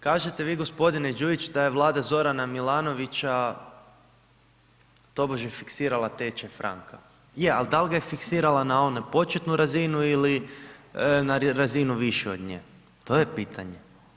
Kažete vi gospodine Đujić da je Vlada Zorana Milanovića tobože fiksirala tečaj franka, je ali da li ga je fiksirala na onu početku razinu ili na razinu višu od nje, to je pitanje.